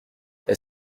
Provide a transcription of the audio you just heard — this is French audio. est